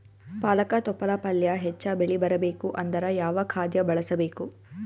ಪಾಲಕ ತೊಪಲ ಪಲ್ಯ ಹೆಚ್ಚ ಬೆಳಿ ಬರಬೇಕು ಅಂದರ ಯಾವ ಖಾದ್ಯ ಬಳಸಬೇಕು?